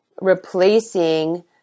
replacing